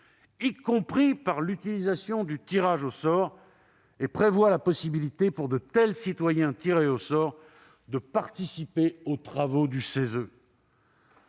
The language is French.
y compris par l'utilisation du tirage au sort, et prévoit la possibilité pour les citoyens tirés au sort de participer aux travaux du CESE.